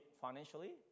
financially